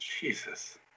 Jesus